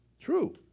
True